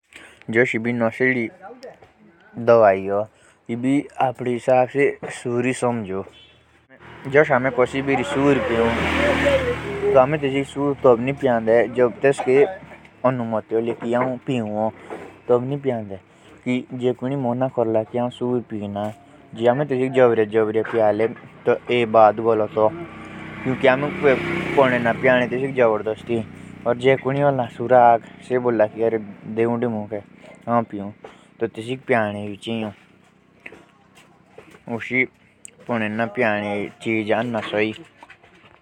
जो नशिली दवाईया हो तेतु ली आमे कोसी की भावना शोकि ना बदले। एब कोसी की कोटुई का कोई दुख होला तो तेसिक नसीले चिजा खिया पिया करी तेसिक बेरी तेतु भुल्नोक शोकि ना करे।